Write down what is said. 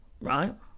right